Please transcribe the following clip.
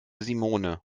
simone